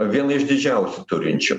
viena išdidžiausių turinčių